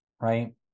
right